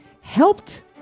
helped